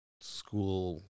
school